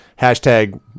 Hashtag